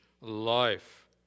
life